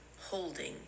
holding